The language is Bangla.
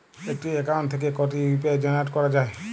একটি অ্যাকাউন্ট থেকে কটি ইউ.পি.আই জেনারেট করা যায়?